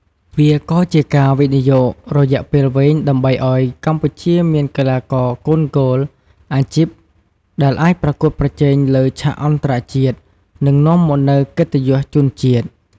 វាក៏ជាការវិនិយោគរយៈពេលវែងដើម្បីឲ្យកម្ពុជាមានកីឡាករវាយកូនហ្គោលអាជីពដែលអាចប្រកួតប្រជែងលើឆាកអន្តរជាតិ និងនាំមកនូវកិត្តិយសជូនជាតិ។